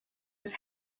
was